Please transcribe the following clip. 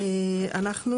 אחרי